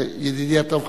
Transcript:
ידידי הטוב,